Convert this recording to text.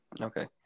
okay